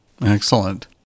Excellent